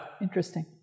Interesting